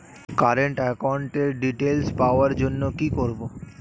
Current একাউন্টের details পাওয়ার জন্য কি করব?